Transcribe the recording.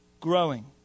growing